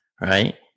Right